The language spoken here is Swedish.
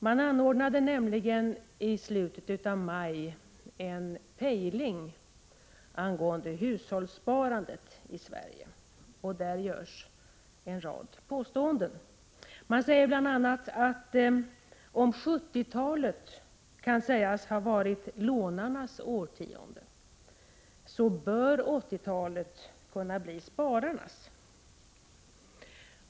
Man anordnade nämligen i slutet av maj en pejling av hushållssparandet i Sverige. I det papper som jag fick görs en rad påståenden. Man säger bl.a. att ”om 70-talet kan sägas ha varit lånarnas årtionde, bör 80-talet bli spararnas”.